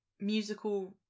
musical